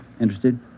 Interested